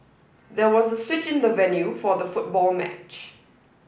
there was a switch in the venue for the football match